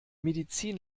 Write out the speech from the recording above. medizin